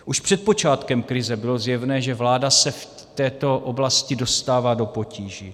Už před počátkem krize bylo zjevné, že vláda se v této oblasti dostává do potíží.